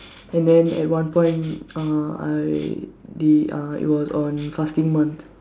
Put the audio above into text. and then at one point uh I the uh it was on fasting month